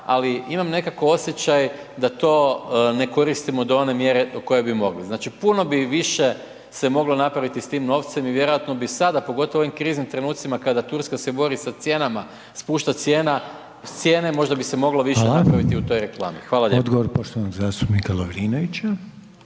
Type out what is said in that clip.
ali imam nekako osjećaj da to ne koristimo u dovoljnoj mjeri u kojoj bi mogli. Znači, puno bi više se moglo napravit s tim novcem i vjerojatno bi sada, pogotovo u ovim kriznim trenucima kada Turska se bori sa cijenama, spušta cijene možda bi se moglo više…/Upadica: Hvala/… napraviti u toj reklami. Hvala lijepa. **Reiner, Željko (HDZ)** Odgovor poštovanog zastupnika Lovrinovića.